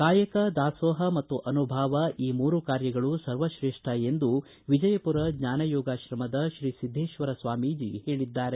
ಕಾಯಕ ದಾಸೋಪ ಮತ್ತು ಅನುಭಾವ ಈ ಮೂರು ಕಾರ್ಯಗಳು ಸರ್ವತ್ರೇಷ್ಠ ಎಂದು ವಿಜಯಪುರ ಜ್ವಾನಯೋಗಾಶ್ರಮದ ತ್ರೀ ಸಿದ್ದೇಶ್ವರ ಸ್ವಾಮೀಜಿ ಹೇಳಿದ್ದಾರೆ